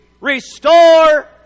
restore